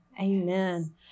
Amen